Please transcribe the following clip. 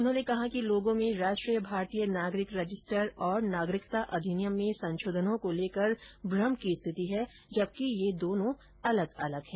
उन्होंने कहा कि लोगों में राष्ट्रीय भारतीय नागरिक रजिस्टर और नागरिकता अधिनियम में संशोधनों को लेकर भ्रम की स्थिति है जबकि ये दोनों अलग अलग है